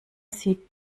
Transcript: sie